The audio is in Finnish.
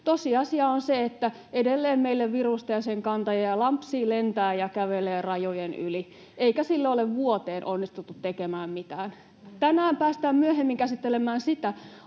Tosiasia on se, että edelleen meille virusta ja sen kantajia lampsii, lentää ja kävelee rajojen yli, eikä sille ole vuoteen onnistuttu tekemään mitään. Tänään päästään myöhemmin käsittelemään sitä,